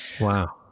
Wow